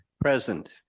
Present